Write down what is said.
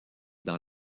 dans